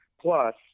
Plus